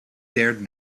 dared